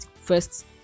first